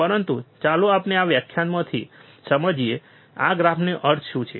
પરંતુ ચાલો આપણે આ વ્યાખ્યાનમાંથી સમજીએ આ ગ્રાફનો અર્થ શું છે